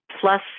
plus